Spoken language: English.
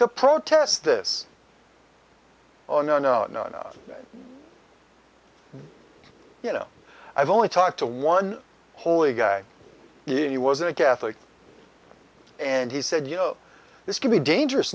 to protest this or no no no no you know i've only talked to one holy guy if you was a catholic and he said you know this could be dangerous